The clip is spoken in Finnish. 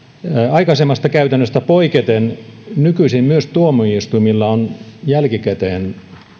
aikaisemmasta käytännöstä poiketen nykyisin myös tuomioistuimilla on jälkikäteen